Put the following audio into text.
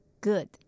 Good